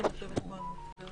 תיקון גדול אחרי